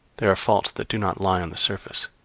they are faults that do not lie on the surface.